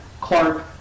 Clark